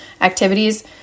activities